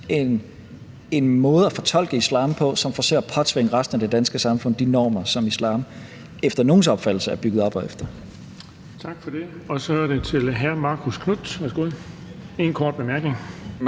en måde at fortolke islam på, som forsøger at påtvinge resten af det danske samfund de normer, som islam efter nogles opfattelse er bygget op efter. Kl. 15:55 Den fg. formand (Erling Bonnesen): Tak for det. Så er det hr. Marcus Knuth. Værsgo, én kort bemærkning.